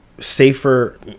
safer